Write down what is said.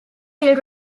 will